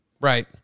Right